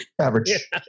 average